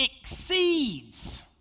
exceeds